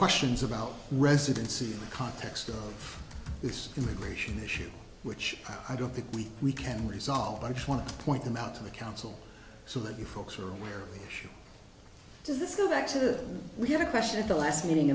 questions about residency in the context of this immigration issue which i don't think we we can resolve i just want to point them out to the council so that you folks are aware does this go back to we have a question at the last meeting